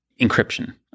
encryption